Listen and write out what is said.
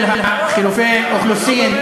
של חילופי אוכלוסין,